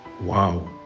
Wow